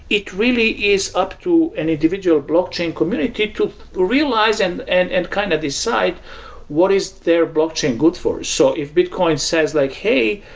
it really is up to an individual blockchain community to realize and and and kind of decide what is their blockchain good for. so if bitcoin says like, hey,